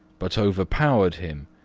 but overpowered him,